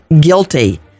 guilty